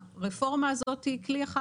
הרפורמה הזאת היא כלי אחד.